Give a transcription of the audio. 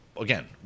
again